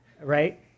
right